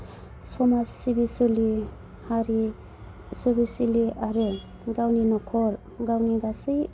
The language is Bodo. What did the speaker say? समाज सिबिसुलि हारि सुबिसिलि आरो गावनि नखर गावनि गासै